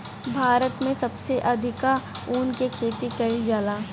भारत में सबसे अधिका ऊख के खेती कईल जाला